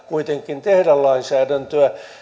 kuitenkin mahdollista tehdä lainsäädäntöä